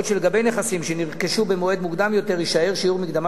לגבי נכסים שנרכשו במועד מוקדם יותר יישאר שיעור מקדמה